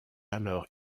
alors